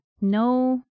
no